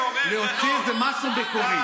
תנסה להוציא איזה משהו מקורי,